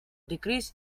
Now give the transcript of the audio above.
decrease